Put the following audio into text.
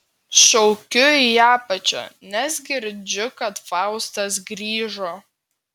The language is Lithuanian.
šaukiu į apačią nes girdžiu kad faustas grįžo